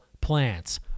plants